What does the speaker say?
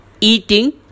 eating